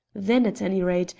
then, at any rate,